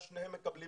הגענו גם מכספי